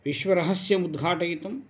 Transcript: विश्वरहस्यमुद्घाटयितुं